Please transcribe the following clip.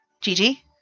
Gigi